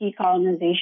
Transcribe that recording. decolonization